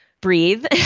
breathe